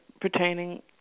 pertaining